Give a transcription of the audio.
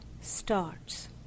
starts